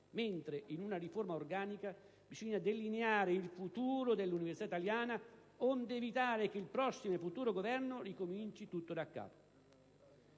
mentre in una riforma organica bisogna delineare il futuro dell'università italiana, onde evitare che il prossimo e futuro Governo ricominci tutto daccapo.